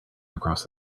across